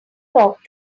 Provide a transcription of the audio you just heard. talk